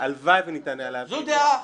הלוואי וניתן היה ל --- זו דעה,